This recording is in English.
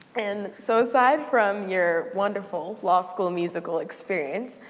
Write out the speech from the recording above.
and so, aside from your wonderful law school musical experience,